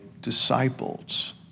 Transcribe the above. disciples